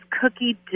cookie